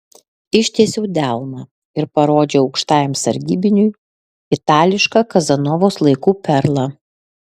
ištiesiau delną ir parodžiau aukštajam sargybiniui itališką kazanovos laikų perlą